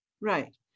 Right